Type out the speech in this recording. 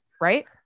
Right